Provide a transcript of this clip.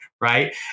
Right